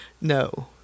no